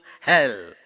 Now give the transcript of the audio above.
hell